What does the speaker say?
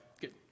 good